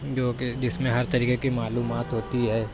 جوکہ جس میں ہر طریقے کی معلومات ہوتی ہے